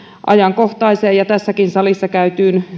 ajankohtaiseen ja tässäkin salissa käytyyn